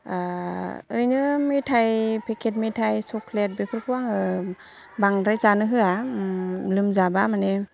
ओरैनो मेथाइ पेकेट मेथाइ चकलेट बेफोरखौ आङो बांद्राय जानो होआ लोमजाबा माने